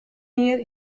jier